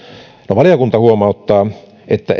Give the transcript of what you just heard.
valiokunta huomauttaa että